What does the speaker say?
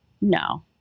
No